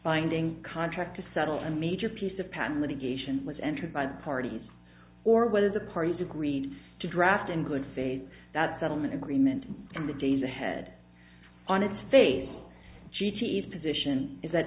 binding contract to settle a major piece of patent litigation was entered by the parties or whether the parties agreed to draft in good faith that settlement agreement in the days ahead on its face gigi's position is that